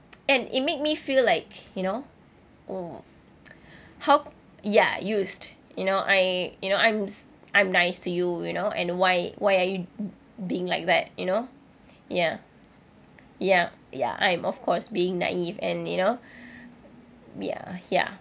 and it made me feel like you know mm how ya used you know I you know I'm I'm nice to you you know and why why are you being like that you know ya ya ya I'm of course being naive and you know ya ya